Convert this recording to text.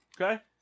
Okay